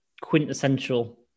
quintessential